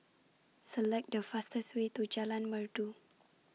Select The fastest Way to Jalan Merdu